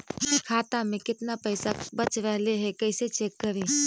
खाता में केतना पैसा बच रहले हे कैसे चेक करी?